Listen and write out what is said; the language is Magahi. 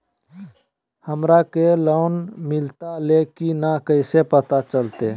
हमरा के लोन मिलता ले की न कैसे पता चलते?